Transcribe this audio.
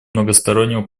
многостороннего